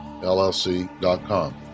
LLC.com